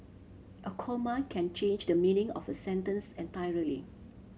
a comma can change the meaning of a sentence entirely